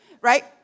right